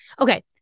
Okay